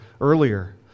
earlier